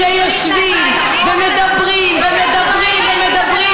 זאת התגובה העניינית להצעת